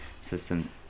system